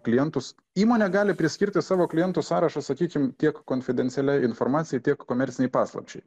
klientus įmonė gali priskirti savo klientų sąrašą sakykim tiek konfidencialia informacija tiek komercinei paslapčiai